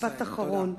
משפט אחרון: